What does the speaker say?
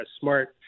smart